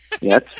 Yes